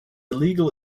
legal